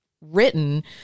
written